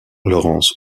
laurence